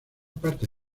parte